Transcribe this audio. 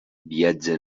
viatja